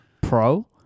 Pro